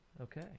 Okay